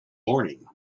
morning